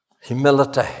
Humility